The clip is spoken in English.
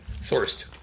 sourced